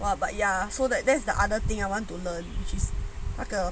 !wah! but ya so that that's the other thing I want to learn which is like a